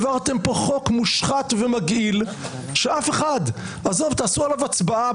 העברתם פה חוק מושחת ומגעיל, תעשו עליו הצבעה.